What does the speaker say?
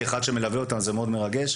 כאחד שמלווה אותם זה מאוד מרגש.